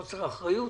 זה חוסר אחריות.